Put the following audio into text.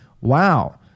Wow